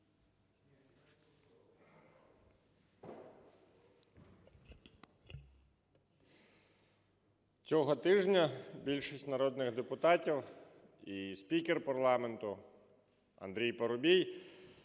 Цього тижня більшість народних депутатів і спікер парламенту Андрій Парубій